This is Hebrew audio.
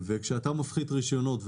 כשאתה מפחית רישיונות,